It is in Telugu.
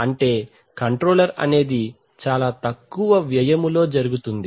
అంటే కంట్రోల్ అనేది చాలా తక్కువ వ్యయములో జరుగుతుంది